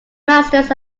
masters